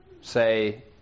say